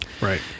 Right